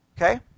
Okay